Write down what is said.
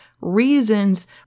reasons